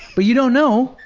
but you don't know.